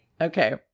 Okay